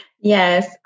Yes